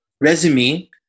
resume